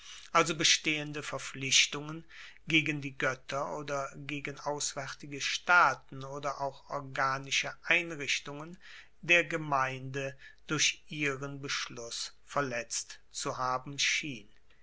also bestehende verpflichtungen gegen die goetter oder gegen auswaertige staaten oder auch organische einrichtungen der gemeinde durch ihren beschluss verletzt zu haben schien